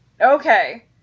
Okay